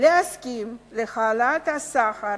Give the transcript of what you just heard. להסכים להעלאת השכר